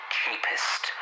cheapest